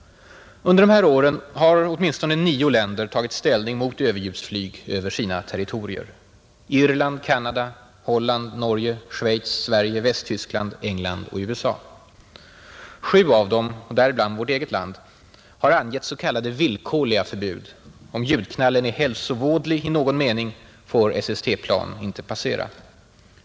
Under dessa år har åtminstone nio länder tagit ställning mot överljudstrafik över sina territorier — Irland, Canada, Holland, Norge, Schweiz, Sverige, Västtyskland och USA. Sju av dem, däribland vårt eget land, har angett s.k. villkorligt förbud: om ljudknallen är hälsovådlig i någon mening får SST-plan inte passera.